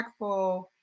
impactful